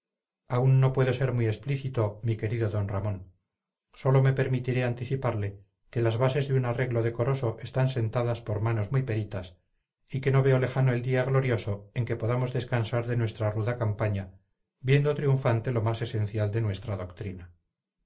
aún no puedo ser muy explícito mi querido d ramón sólo me permitiré anticiparle que las bases de un arreglo decoroso están sentadas por manos muy peritas y que no veo lejano el día glorioso en que podamos descansar de nuestra ruda campaña viendo triunfante lo más esencial de nuestra doctrina